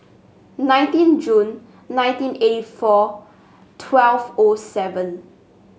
nineteen June nineteen eighty four twelve O seven